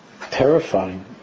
terrifying